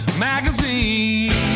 Magazine